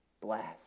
blast